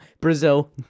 Brazil